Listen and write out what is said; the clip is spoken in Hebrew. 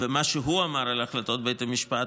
מה שהוא אמר על החלטות בית המשפט,